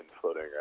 floating